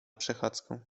przechadzką